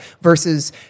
versus